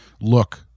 look